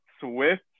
Swift